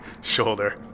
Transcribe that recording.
shoulder